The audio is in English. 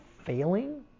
failing